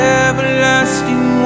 everlasting